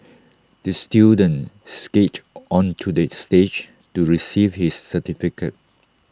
the student skated onto the stage to receive his certificate